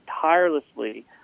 tirelessly